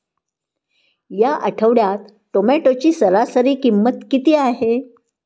या आठवड्यात टोमॅटोची सरासरी किंमत किती आहे?